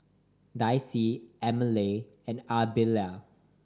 Dicie Emmalee and Ardelia